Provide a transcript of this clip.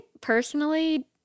personally